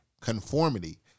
conformity